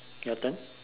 your turn